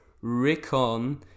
Rickon